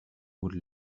would